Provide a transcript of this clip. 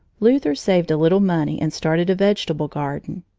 luther saved a little money and started a vegetable garden.